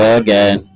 again